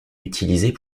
utilisées